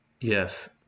yes